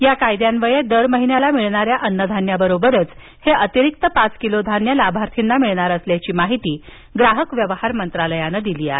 या कायद्यान्वये दरमहिन्याला मिळणाऱ्या अन्नधान्याबरोबरच हे अतिरिक्त पाच किलो धान्य लाभार्थ्यांनामिळणार असल्याची माहिती ग्राहक व्यवहार मंत्रालयानं दिली आहे